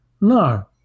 No